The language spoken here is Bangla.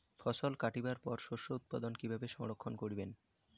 ফছল কাটিবার পর শস্য উৎপাদন কিভাবে সংরক্ষণ করিবেন?